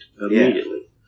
immediately